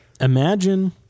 imagine